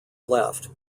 left